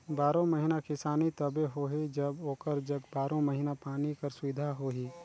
बारो महिना किसानी तबे होही जब ओकर जग बारो महिना पानी कर सुबिधा होही